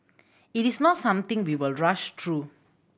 it is not something we will rush through